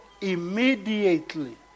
immediately